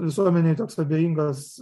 visuomenei toks abejingas